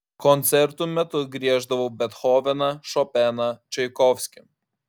koncertų metu grieždavau bethoveną šopeną čaikovskį